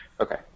Okay